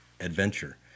adventure